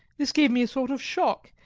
this gave me a sort of shock,